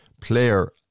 player